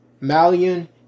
Malian